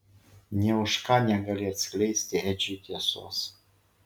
nė už ką negali atskleisti edžiui tiesos